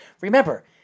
Remember